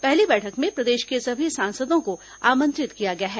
पहली बैठक में प्रदेश के सभी सांसदों को आमंत्रित किया गया है